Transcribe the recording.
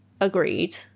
agreed